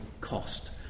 cost